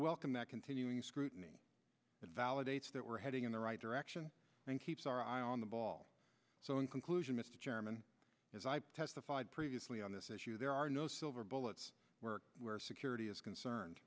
welcome that continuing scrutiny validates that we're heading in the right direction and keeps our eye on the ball so in conclusion mr chairman as i've testified previously on this issue there are no silver bullets where security is concerned